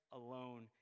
alone